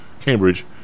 Cambridge